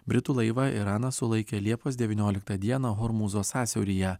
britų laivą iranas sulaikė liepos devynioliktą dieną hormūzo sąsiauryje